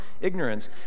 ignorance